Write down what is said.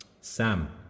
Sam